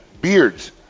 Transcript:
Beards